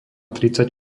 tridsať